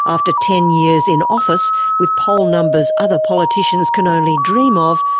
after ten years in office with poll numbers other politicians can only dream of,